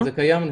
זה קיים.